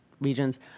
regions